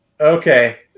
Okay